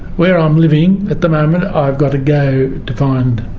where i'm living at the moment, i've got to go to find